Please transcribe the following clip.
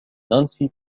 نانسي